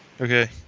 okay